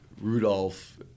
Rudolph